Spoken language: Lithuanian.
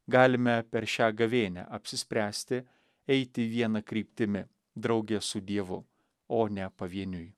galime per šią gavėnią apsispręsti eiti viena kryptimi drauge su dievu o ne pavieniui